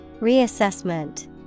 Reassessment